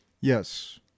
Yes